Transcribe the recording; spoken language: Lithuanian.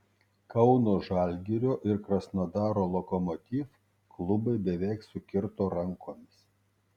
kauno žalgirio ir krasnodaro lokomotiv klubai beveik sukirto rankomis